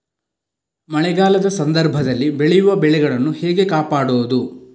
ಮಳೆಗಾಲದ ಸಂದರ್ಭದಲ್ಲಿ ಬೆಳೆಯುವ ಬೆಳೆಗಳನ್ನು ಹೇಗೆ ಕಾಪಾಡೋದು?